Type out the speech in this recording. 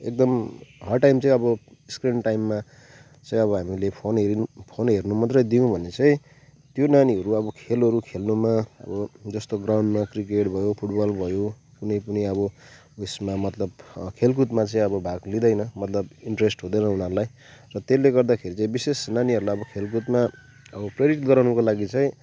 एकदम हर टाइम चाहिँ अब स्क्रिन टाइममा चाहिँ अब हामीले फोन हेरि फोन हेर्नु मत्र दियौँ भने चाहिँ त्यो नानीहरू अब खेलहरू खेल्नुमा अब जस्तो ग्राउन्डमा क्रिकेट भयो फुटबल भयो कुनै कुनै अब उयसमा मतलब खेलकुदमा चाहिँ आअब भाग लिँदैन मतलब इन्ट्रेस्ट हुँदैन उनीहरूलाई र त्यसले गर्दाखेरि चाहिँ विशेष नानीहरूलाई अब खेलकुदमा अब प्रेरित गराउनुको लागि चाहिँ